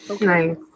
Nice